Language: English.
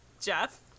jeff